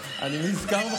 אני נזכר.